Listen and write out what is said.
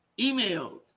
emails